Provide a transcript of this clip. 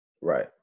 Right